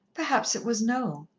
perhaps it was noel.